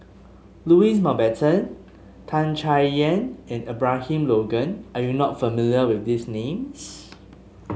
Louis Mountbatten Tan Chay Yan and Abraham Logan are you not familiar with these names